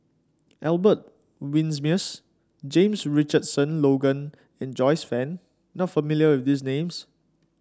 Albert Winsemius James Richardson Logan and Joyce Fan not familiar with these names